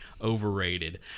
overrated